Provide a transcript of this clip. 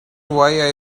why